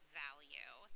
value